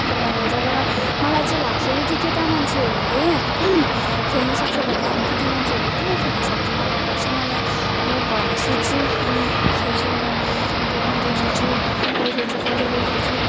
भन्नुहुन्छ तर मलाई चाहिँ लाग्छ यदि केटा मान्छेहरूले खेल्न सक्छ भने हामी केटी मान्छेहरूले किन खेल्नु सक्दैन भनेर चाहिँ मलाई म घरमा सोच्छु अनि खेल्छु म ताइक्वान्दो खेल्छु फुटबल खेल्छु भलिबल खेल्छु